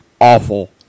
Awful